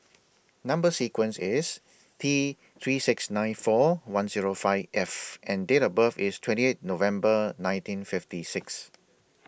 Number sequence IS T three six nine four one Zero five F and Date of birth IS twenty eight November nineteen fifty six